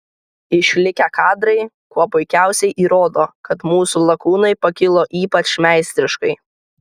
išlikę kadrai kuo puikiausiai įrodo kad mūsų lakūnai pakilo ypač meistriškai